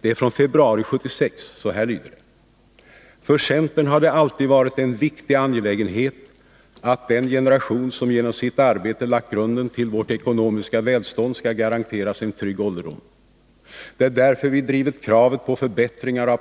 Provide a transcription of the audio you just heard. Det är från februari 1976, och det har följande lydelse: ”För centern har det alltid varit en viktig angelägenhet att den generation som genom sitt arbete lagt grunden till vårt ekonomiska välstånd skall garanteras en trygg ålderdom. Det är därför vi drivit kraven på förbättringar av